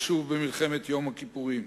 ושוב במלחמת יום הכיפורים.